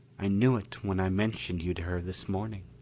i knew it when i mentioned you to her this morning.